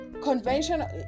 conventional